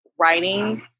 writing